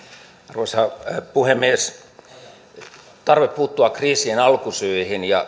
arvoisa puhemies tarve puuttua kriisien alkusyihin ja